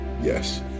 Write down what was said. Yes